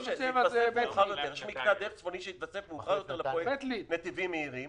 מקטע דרך צפוני שהתווסף מאוחר יותר לפרויקט נתיבים מהירים